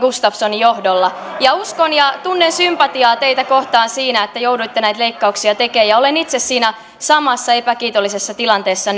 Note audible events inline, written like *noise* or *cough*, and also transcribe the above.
gustafssonin johdolla ja uskon ja tunnen sympatiaa teitä kohtaan siinä että jouduitte näitä leikkauksia tekemään ja olen itse siinä samassa epäkiitollisessa tilanteessa *unintelligible*